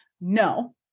No